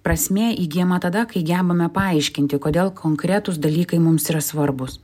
prasmė įgyjama tada kai gebame paaiškinti kodėl konkretūs dalykai mums yra svarbūs